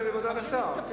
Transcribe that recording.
להסתפק בהודעת השר.